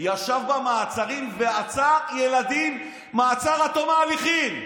הוא ישב במעצרים ועצר ילדים במעצר עד תום ההליכים.